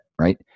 right